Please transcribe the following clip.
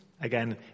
Again